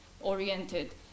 oriented